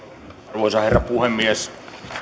arvoisa herra puhemies